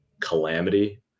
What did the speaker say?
calamity